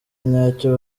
nyacyo